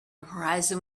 horizon